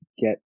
get